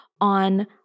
on